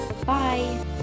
Bye